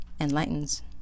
enlightens